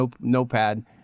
notepad